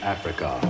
Africa